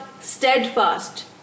steadfast